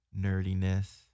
nerdiness